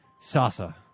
Sasa